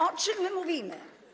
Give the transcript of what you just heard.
O czym my mówimy?